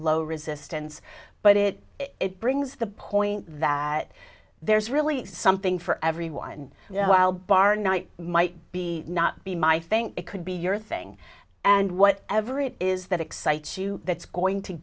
low resistance but it it brings the point that there's really something for everyone while bar night might be not be my think it could be your thing and what ever it is that excites you that's going to